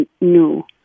new